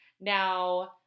Now